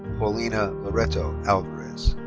paulina loreto alvarez.